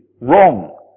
wrong